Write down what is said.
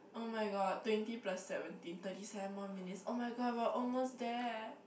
oh my god twenty plus seventeen thirty seven more minutes [oh]-my-god we are almost there